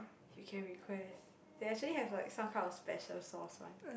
you can request they actually have like some kind of special sauce one